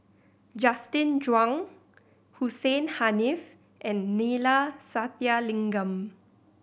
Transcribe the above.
Justin Zhuang Hussein Haniff and Neila Sathyalingam